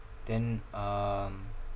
then um